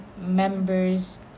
members